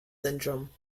syndrome